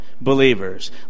believers